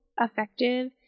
effective